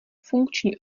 funkční